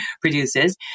produces